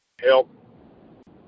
help